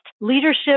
leadership